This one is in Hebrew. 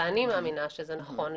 ואני מאמינה שזה נכון,